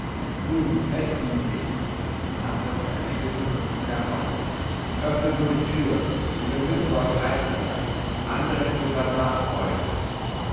nun es tut nichts antwortete eine stimme von unten herauf öffne nur die tür denn wir müssen bei euch einkehren andres wird bald nachfolgen